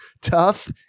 tough